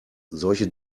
solche